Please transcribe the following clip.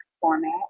format